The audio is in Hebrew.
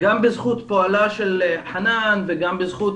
גם בזכות פועלה של חנאן וגם בזכות